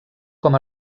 com